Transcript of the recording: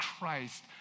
Christ